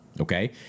Okay